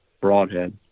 broadhead